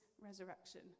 resurrection